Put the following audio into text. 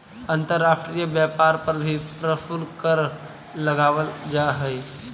अंतर्राष्ट्रीय व्यापार पर भी प्रशुल्क कर लगावल जा हई